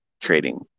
trading